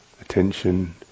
attention